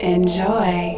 Enjoy